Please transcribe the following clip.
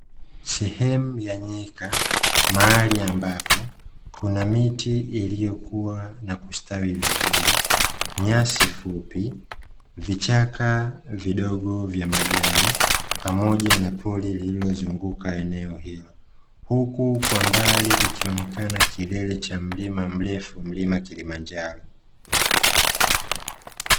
Sehemu ya nyika mahali ambapo Kuna miti ilivyokuwa na kustawi vizuri nyasi fupi, vichaka vidogo vya majani pamoja na pori lililozunguka eneo hilo huku Kwa mbali ukionekana kilele cha mlima mrefu mlima Kilimanjaro.